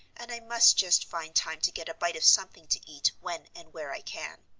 and i must just find time to get a bite of something to eat when and where i can.